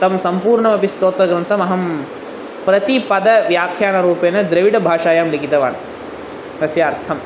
तं सम्पूर्णम् अपि स्तोत्रग्रन्थम् अहं प्रतिपद व्याख्यानरूपेण द्रविडभाषायां लिखितवान् अस्य अर्थम्